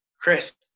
Chris